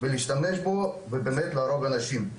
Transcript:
ולהשתמש בו ובאמת להרוג אנשים.